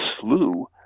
slew